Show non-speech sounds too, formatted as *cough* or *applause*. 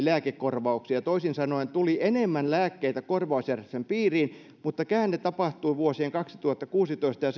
*unintelligible* lääkekorvauksia toisin sanoen tuli enemmän lääkkeitä korvausjärjestelmän piiriin mutta käänne tapahtui vuosien kaksituhattakuusitoista ja *unintelligible*